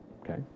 okay